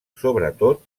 sobretot